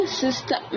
sister